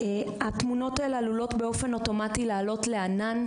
התמונות עלולות באופן אוטומטי לעלות לענן.